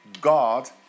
God